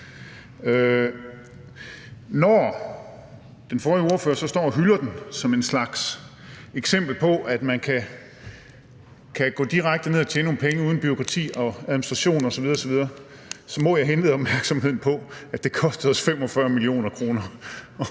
Når den forrige ordfører så står og hylder den som en slags eksempel på, at man kan gå direkte ned og tjene nogle penge uden bureaukrati og administration osv., må jeg henlede opmærksomheden på, at det kostede os 45 mio. kr.